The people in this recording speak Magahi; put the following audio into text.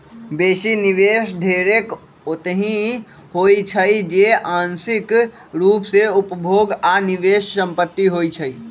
बेशी निवेश ढेरेक ओतहि होइ छइ जे आंशिक रूप से उपभोग आऽ निवेश संपत्ति होइ छइ